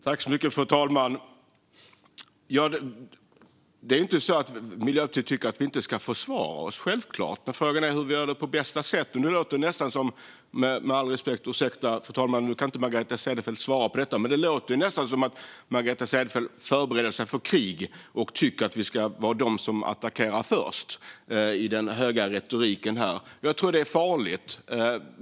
Fru talman! Det är inte så att Miljöpartiet tycker att vi inte ska försvara oss. Det är självklart. Men frågan är hur vi gör det på bästa sätt. Med all respekt, fru talman, nu kan Margareta Cederfelt inte svara på detta, men i den höga retoriken låter det som att Margareta Cederfelt förbereder sig för krig och tycker att vi ska attackera först. Jag anser att det är farligt.